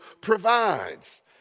provides